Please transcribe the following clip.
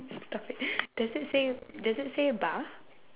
stop it does it say does it say bar